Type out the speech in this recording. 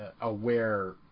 aware